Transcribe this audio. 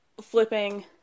flipping